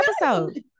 episode